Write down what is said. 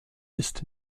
ist